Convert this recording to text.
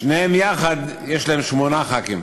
יש שמונה חברי כנסת.